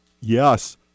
Yes